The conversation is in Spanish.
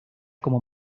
como